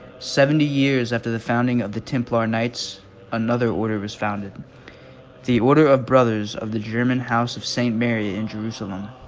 seventy years after the founding of the templar knights another order was founded the order of brothers of the german house of st. mary in jerusalem,